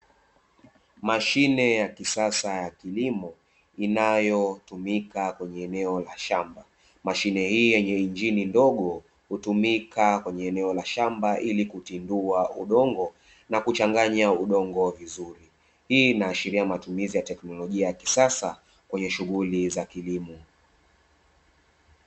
Mashine ya kisasa ya kilimo, inayotumika kwenye eneo la shamba. Mashine hii yenye injini ndogo hutumika kwenye eneo la shamba, ili kutindua udongo na kuchanganya udongo vizuri. Hii inaashiria matumizi ya teknolojia ya kisasa kwenye shughuli za kilimo.